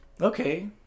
Okay